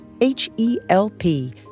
H-E-L-P